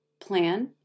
plan